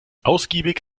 ausgiebig